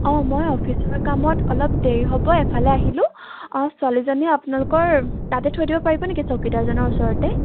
অঁ মই অফিচৰ কামত অলপ দেৰি হ'ব এফালে আহিলোঁ অঁ ছোৱালীজনী আপোনালোকৰ তাতে থৈ দিব পাৰিব নেকি চকীদাৰজনৰ ওচৰতে